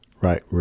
right